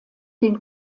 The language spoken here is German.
den